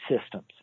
systems